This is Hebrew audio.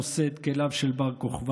הנושא את כליו של בר-כוכבא,